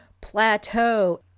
plateau